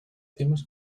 temes